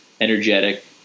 energetic